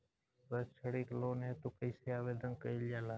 सैक्षणिक लोन हेतु कइसे आवेदन कइल जाला?